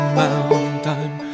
mountain